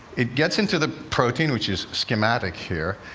it gets into the protein, which is schematic here,